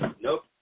Nope